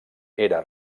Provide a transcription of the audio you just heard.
era